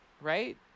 right